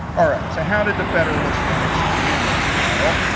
all right. so how did the federalists manage to win this battle?